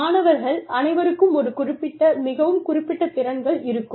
மாணவர்கள் அனைவருக்கும் ஒரு குறிப்பிட்ட மிகவும் குறிப்பிட்ட திறன்கள் இருக்கும்